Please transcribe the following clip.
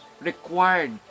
required